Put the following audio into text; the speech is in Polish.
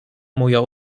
moja